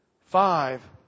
Five